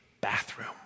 bathroom